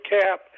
cap